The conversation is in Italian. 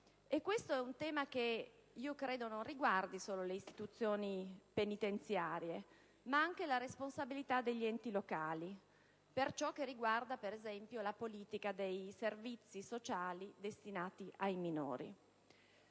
E questo è un tema che credo non riguardi solo le istituzioni penitenziarie, ma anche la responsabilità degli enti locali, per ciò che riguarda ad esempio la politica dei servizi sociali destinati ai minori.